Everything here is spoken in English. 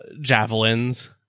javelins